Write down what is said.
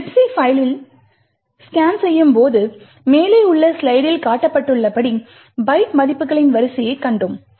Libc பைல்லை scan செய்யும் போது மேலே உள்ள ஸ்லைடில் காட்டப்பட்டுள்ளபடி பைட் மதிப்புகளின் வரிசையைக் கண்டோம்